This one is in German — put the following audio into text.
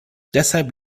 deshalb